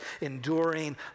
enduring